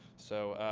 so,